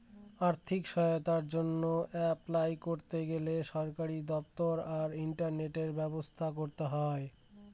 আর্থিক সহায়তার জন্য অ্যাপলাই করতে গেলে সরকারি দপ্তর আর ইন্টারনেটের ব্যবস্থা করতে হয়